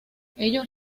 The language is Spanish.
ellos